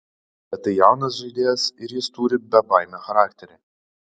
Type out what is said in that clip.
bet tai jaunas žaidėjas ir jis turi bebaimio charakterį